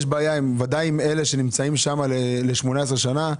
יש ודאי עם אלה שנמצאים ל-18 שנה.